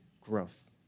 growth